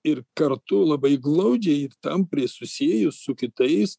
ir kartu labai glaudžiai ir tampriai susiejus su kitais